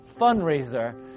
fundraiser